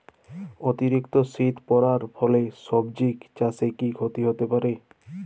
অতিরিক্ত শীত পরার ফলে সবজি চাষে কি ক্ষতি হতে পারে?